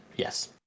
yes